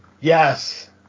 Yes